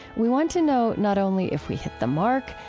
we want to know not only if we hit the mark,